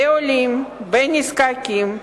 בעולים, בנזקקים,